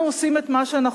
אנחנו עושים את מה שנכון,